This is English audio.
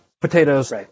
potatoes